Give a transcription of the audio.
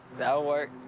that'll work.